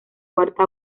cuarta